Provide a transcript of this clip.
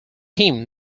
him